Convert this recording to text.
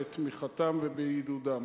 בתמיכתן ובעידודן.